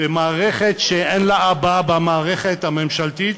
מערכת שאין לה אבא במערכת הממשלתית,